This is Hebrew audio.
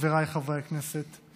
חבריי חברי הכנסת,